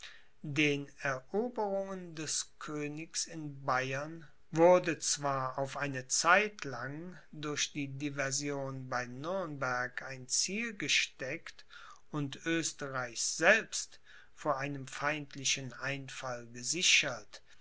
den eroberungen des königs in bayern wurde zwar auf eine zeit lang durch die diversion bei nürnberg ein ziel gesteckt und oesterreich selbst vor einem feindlichen einfall gesichert